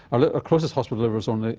our closest hospital delivers only